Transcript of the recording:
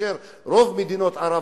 כאשר רוב מדינות ערב,